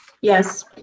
Yes